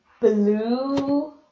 blue